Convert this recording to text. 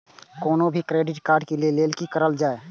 कोनो भी credit card लिए के लेल की करल जाय?